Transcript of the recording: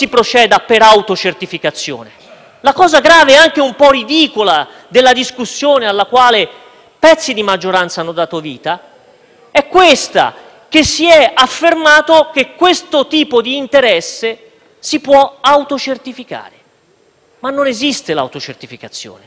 pezzi di maggioranza hanno dato vita è questa: si è affermato che questo tipo di interessi si possono autocertificare. Ma non esiste l'autocertificazione in questo ambito. Non c'è nessun motivo